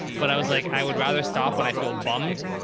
but i was like, i would rather stop when i feel bummed,